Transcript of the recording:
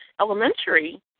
Elementary